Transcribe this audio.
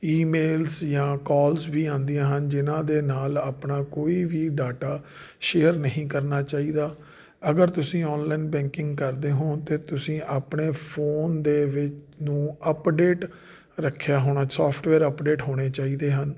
emails ਜਾਂ calls ਵੀ ਆਉਂਦੀਆਂ ਹਨ ਜਿਹਨਾਂ ਦੇ ਨਾਲ ਆਪਣਾ ਕੋਈ ਵੀ ਡਾਟਾ ਸ਼ੇਅਰ ਨਹੀਂ ਕਰਨਾ ਚਾਹੀਦਾ ਅਗਰ ਤੁਸੀਂ ਓਨਲਾਈਨ ਬੈਂਕਿੰਗ ਕਰਦੇ ਹੋ ਤਾਂ ਤੁਸੀਂ ਆਪਣੇ ਫੋਨ ਦੇ ਵਿ ਨੂੰ ਅਪਡੇਟ ਰੱਖਿਆ ਹੋਣਾ ਸੋਫਟਵੇਅਰ ਅਪਡੇਟ ਹੋਣੇ ਚਾਹੀਦੇ ਹਨ